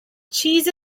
cheese